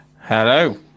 Hello